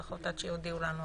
לפחות עד שיודיעו לנו אחרת.